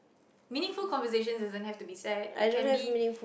meaningful conversations doesn't have to be sad it can be